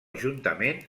juntament